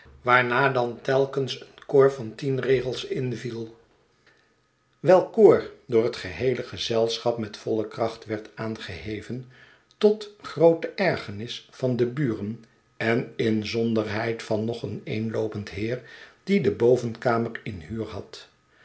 waarna dan telkens een koor van tien regels inviel welk koor door het geheele gezelschap met voile kracht werd aangeheven tot groote ergernis van de buren en inzonderheid van nog een eenloopend heer die de bovenkamer in huur had